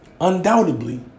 undoubtedly